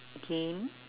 game